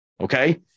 Okay